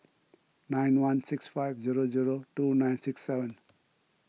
nine one six five zero zero two nine six seven